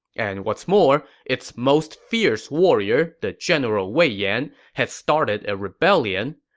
and what's more, its most fierce warrior, the general wei yan, had started a rebellion.